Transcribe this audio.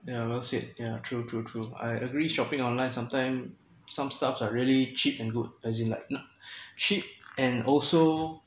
yeah well said yeah true true true I agree shopping online sometime some stuffs are really cheap and good as in like not cheap and also